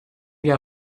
jahr